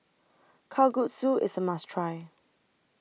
Kalguksu IS A must Try